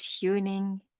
tuning